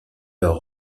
leur